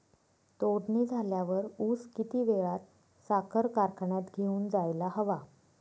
तोडणी झाल्यावर ऊस किती वेळात साखर कारखान्यात घेऊन जायला हवा?